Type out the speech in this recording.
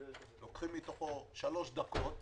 לוקחים מתוכו שלוש דקות,